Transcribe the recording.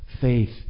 faith